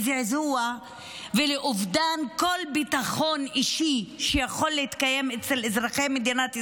זעזוע ואובדן כל ביטחון אישי שיכול להתקיים אצל אזרחי מדינת ישראל,